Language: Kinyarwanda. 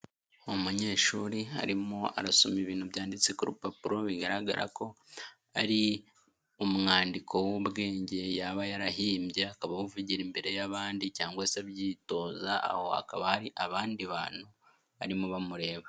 Umunyeshuri arimo arasoma ibintu byanditse ku rupapuro, bigaragara ko ari umwandiko w'ubwenge yaba yarahimbye, akaba avugira imbere y'abandi cyangwa se abyitoza, aho hakaba hari abandi bantu barimo bamureba.